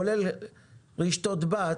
כולל רשתות בת,